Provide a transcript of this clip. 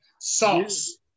Sauce